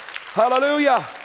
Hallelujah